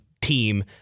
team